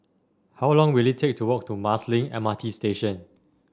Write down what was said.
how long will it take to walk to Marsiling M R T Station